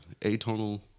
atonal